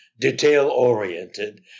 detail-oriented